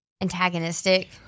antagonistic